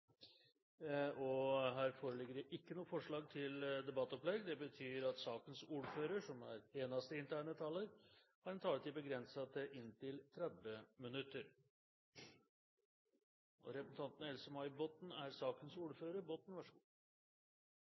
10. Her foreligger det ikke noe forslag til debattopplegg. Det betyr at sakens ordfører, som er eneste inntegnede taler, har en taletid begrenset til 30 minutter. Som saksordfører legger jeg fram en enstemmig innstilling fra næringskomiteen. Formålet med selve innlemmelsen av dette direktivet er